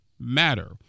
matter